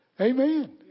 Amen